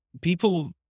people